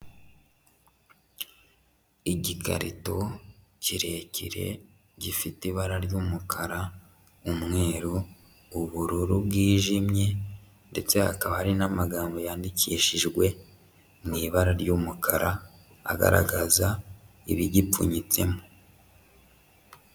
Igikarito kirekire gifite ibara ry'umukara ,umweru, ubururu bwijimye ndetse hakaba hari n'amagambo yandikishijwe mu ibara ry'umukara, agaragaza ibigipfunyitsemo.